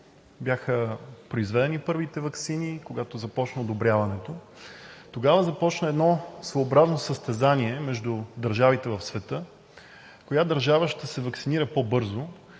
бяха произведени първите ваксини, когато започна одобряването. Тогава започна едно своеобразно състезание между държавите в света коя държава ще се ваксинира по-бързо